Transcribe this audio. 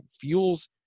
fuels